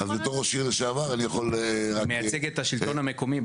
אז בתוך ראש עיר לשעבר אני יכול רק --- היא מייצגת את השלטון המקומי.